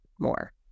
more